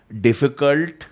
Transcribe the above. difficult